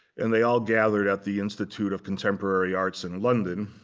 and they all gathered at the institute of contemporary arts in london.